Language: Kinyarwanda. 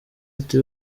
ati